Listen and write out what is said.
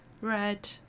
red